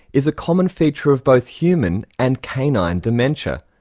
is a common feature of both human and canine dementia.